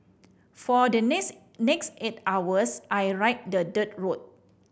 for the next next eight hours I ride the dirt road